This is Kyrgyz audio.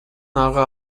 ага